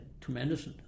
tremendous